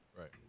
Right